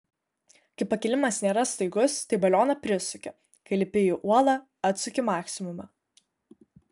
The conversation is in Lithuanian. kai pakilimas nėra staigus tai balioną prisuki kai lipi į uolą atsuki maksimumą